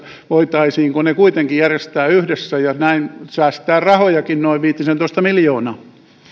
voitaisiinko ne kuitenkin järjestää yhdessä ja näin säästää rahojakin noin viitisentoista miljoonaa